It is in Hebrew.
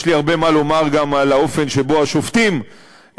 יש לי הרבה מה לומר גם על האופן שבו השופטים מתייחסים